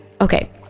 okay